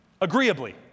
agreeably